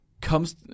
comes